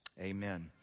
Amen